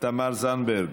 תמר זנדברג,